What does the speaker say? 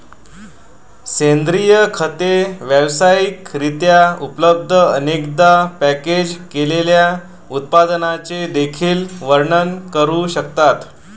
सेंद्रिय खते व्यावसायिक रित्या उपलब्ध, अनेकदा पॅकेज केलेल्या उत्पादनांचे देखील वर्णन करू शकतात